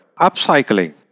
upcycling